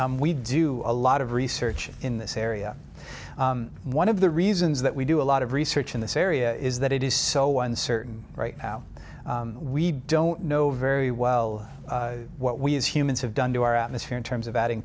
chemist we do a lot of research in this area one of the reasons that we do a lot of research in this area is that it is so uncertain right now we don't know very well what we as humans have done to our atmosphere in terms of adding